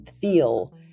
feel